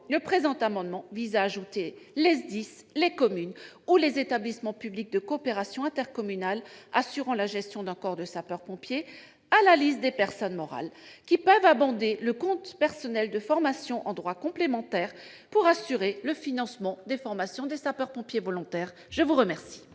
d'incendie et de secours, ou SDIS, les communes et les établissements publics de coopération intercommunale assurant la gestion d'un corps de sapeurs-pompiers à la liste des personnes morales qui peuvent abonder le compte personnel de formation en droits complémentaires, pour assurer le financement des formations des sapeurs-pompiers volontaires. Quel